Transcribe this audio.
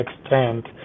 extent